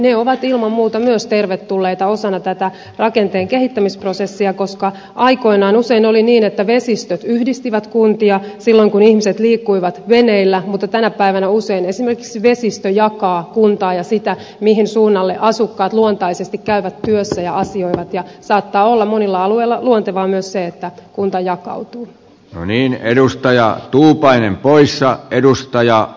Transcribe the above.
ne ovat ilman muuta myös tervetulleita osana tätä rakenteen kehittämisprosessia koska aikoinaan usein oli niin että vesistöt yhdistivät kuntia silloin kun ihmiset liikkuivat veneillä mutta tänä päivänä usein esimerkiksi vesistö jakaa kuntaa ja sitä millä suunnalla asukkaat luontaisesti käyvät työssä ja asioivat ja saattaa olla monilla alueilla luontevaa myös se että kunta jakautuu moniin edustaja tuupainen pois ja edustaja